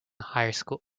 higher